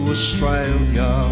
Australia